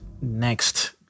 Next